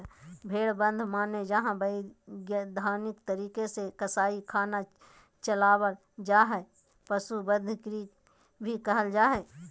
भेड़ बध माने जहां वैधानिक तरीका से कसाई खाना चलावल जा हई, पशु वध गृह भी कहल जा हई